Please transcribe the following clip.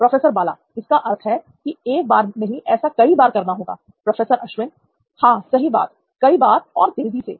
professor Bala इसका अर्थ है कि एक बार नहीं ऐसा कई बार करना होगा l प्रोफेसर अश्विन हां सही बात कई बार और तेजी से